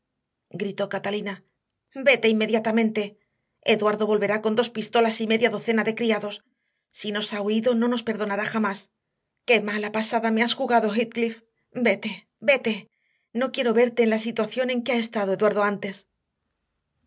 gritó catalina vete inmediatamente eduardo volverá con dos pistolas y media docena de criados si nos ha oído no nos perdonará jamás qué mala pasada me has jugado heathcliff vete vete no quiero verte en la situación en que ha estado eduardo antes